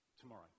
tomorrow